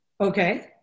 Okay